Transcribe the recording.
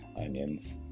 onions